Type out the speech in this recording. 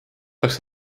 peaks